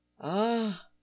Ah